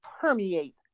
permeate